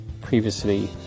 previously